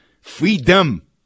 freedom